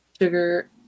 Sugar